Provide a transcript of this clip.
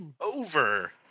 over